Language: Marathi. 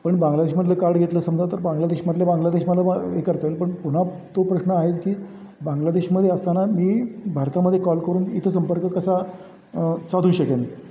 पण बांग्लादेशमधलं कार्ड घेतलं समजा तर बांग्लादेशमधले बांग्लादेश मला हे करता येईल पण पुन्हा तो प्रश्न आहेच की बांग्लादेशमध्ये असताना मी भारतामध्ये कॉल करून इथं संपर्क कसा साधू शकेन